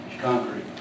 concrete